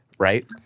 right